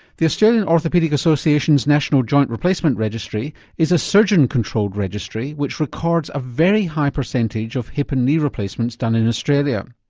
the australian orthopaedic association's national joint replacement registry is a surgeon controlled registry which records a very high percentage of hip and knee replacements done in australia.